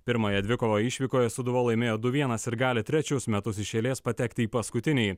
pirmąją dvikovą išvykoje sūduva laimėjo du vienas ir gali trečius metus iš eilės patekti į paskutinįjį